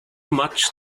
maç